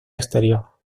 exterior